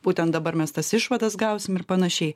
būtent dabar mes tas išvadas gausim ir panašiai